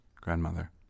Grandmother